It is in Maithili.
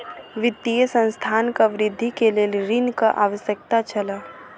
वित्तीय संस्थानक वृद्धि के लेल ऋणक आवश्यकता छल